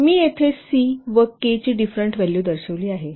मी येथे 'C' व 'K' ची डिफरेंट व्हॅल्यू दर्शविली आहेत